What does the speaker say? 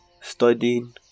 studying